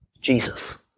Jesus